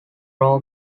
raw